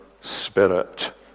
spirit